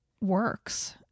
works